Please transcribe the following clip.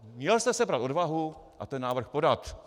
Měl jste sebrat odvahu a ten návrh podat.